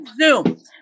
Zoom